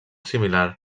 similar